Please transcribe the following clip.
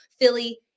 Philly